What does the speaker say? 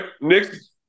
next